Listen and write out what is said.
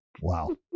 Wow